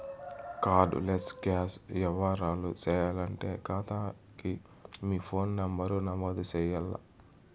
card less cash యవ్వారాలు సేయాలంటే కాతాకి మీ ఫోను నంబరు నమోదు చెయ్యాల్ల